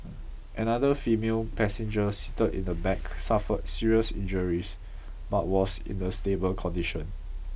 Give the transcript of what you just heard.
another female passenger seated in the back suffered serious injuries but was in a stable condition